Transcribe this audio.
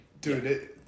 dude